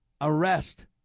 arrest